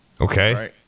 Okay